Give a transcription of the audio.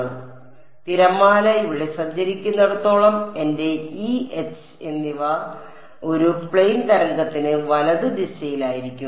അതിനാൽ തിരമാല ഇവിടെ സഞ്ചരിക്കുന്നിടത്തോളം എന്റെ ഇ എച്ച് എന്നിവ ഒരു പ്ലെയ്ൻ തരംഗത്തിന് വലത് ദിശയിലായിരിക്കും